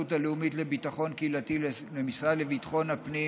הלאומית לביטחון קהילתי למשרד לביטחון הפנים